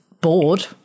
bored